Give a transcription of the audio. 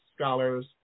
scholars